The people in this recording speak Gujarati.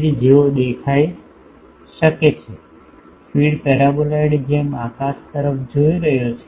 ફીડ જેવો દેખાઈ શકે છે ફીડ પેરાબોલાઇડની જેમ આકાશ તરફ જોઈ રહ્યો છે